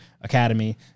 Academy